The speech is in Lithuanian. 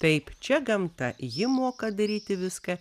taip čia gamta ji moka daryti viską